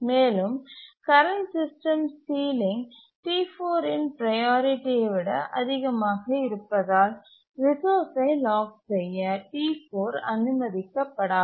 மேலும் current system ceiling T4இன் ப்ரையாரிட்டியை விட அதிகமாக இருப்பதால் ரிசோர்ஸ்சை லாக் செய்ய T4 அனுமதிக்கப்படாது